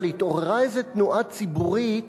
אבל התעוררה איזה תנועה ציבורית